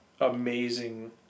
amazing